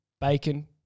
bacon